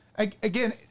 Again